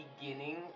beginning